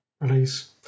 release